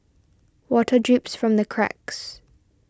water drips from the cracks